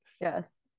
Yes